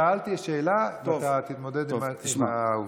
שאלתי שאלה, ואתה תתמודד עם העובדה.